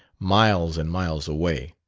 miles and miles away.